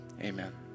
Amen